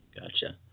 gotcha